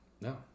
No